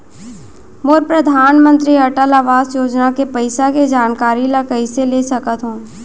मोर परधानमंतरी अटल आवास योजना के पइसा के जानकारी ल कइसे ले सकत हो?